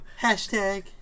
Hashtag